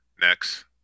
Next